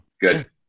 Good